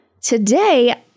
today